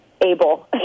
able